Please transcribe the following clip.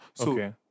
okay